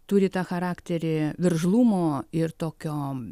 turi tą charakterį veržlumo ir tokiom